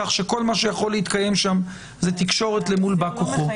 כך שכל מה שיכול להתקיים שם זה תקשורת למול בא כוחו.